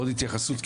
עוד התייחסות,